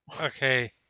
Okay